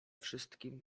wszystkim